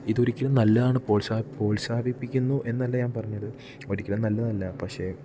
ഇത് ഒരിക്കലും നല്ലതാണ് പ്രോത്സാഹിപ്പിപ്പിക്കുന്നു എന്നല്ല ഞാൻ പറഞ്ഞത് ഒരിക്കലും നല്ലതല്ല പക്ഷേ